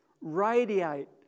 radiate